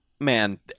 man